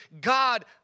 God